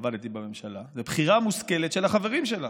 כשעבדתי בממשלה, זה בחירה מושכלת של החברים שלה,